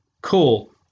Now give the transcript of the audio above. cool